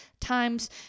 times